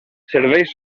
serveix